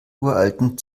uralten